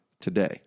today